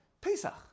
Pesach